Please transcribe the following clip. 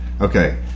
Okay